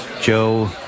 Joe